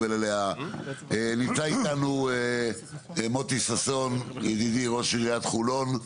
נמצא אתנו מוטי ששון ידידי, ראש עיריית חולון.